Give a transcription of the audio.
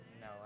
No